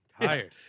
tired